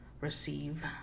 receive